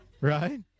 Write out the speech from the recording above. Right